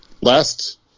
last